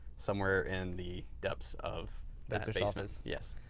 somewhere in the depths of that so basement. yeah